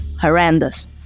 horrendous